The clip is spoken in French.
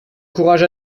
courage